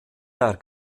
der